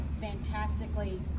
fantastically